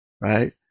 right